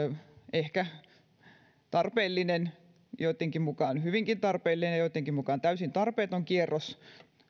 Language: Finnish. ehkä kuitenkin tarpeellinen joittenkin mukaan hyvinkin tarpeellinen ja joittenkin mukaan täysin tarpeeton kierros